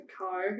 car